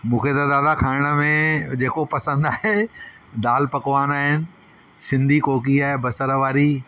मूंखे त दादा खाइण में जेको पसंदि आहे दाल पकवान आहिनि सिंधी कोकी आहे बसर वारी